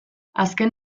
azken